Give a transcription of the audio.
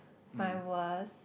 my was